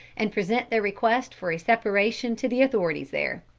and present their request for a separation to the authorities there.